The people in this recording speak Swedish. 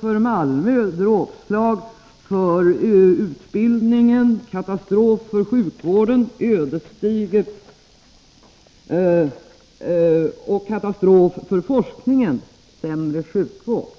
för Malmö”, ”Dråpslag för utbildningen”, ”Katastrof för sjukvården”, ”Katastrof för forskningen”, ”Sämre sjukvård”.